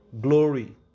glory